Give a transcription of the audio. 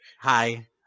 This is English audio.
Hi